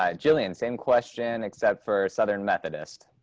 ah jillian, same question except for southern methodist.